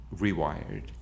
rewired